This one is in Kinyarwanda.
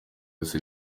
ico